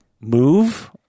Move